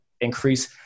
increase